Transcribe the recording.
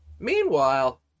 Meanwhile